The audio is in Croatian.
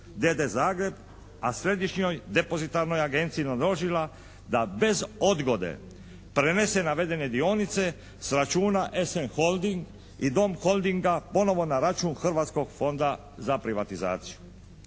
d.d. Zagreb, a središnjoj depozitarnoj agenciji naložila da bez odgode prenese navedene dionice s računa "SN Holding" i "Dom Holdinga" ponovo na račun Hrvatskog fonda za privatizaciju.